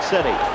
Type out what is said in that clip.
City